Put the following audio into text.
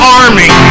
army